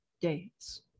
days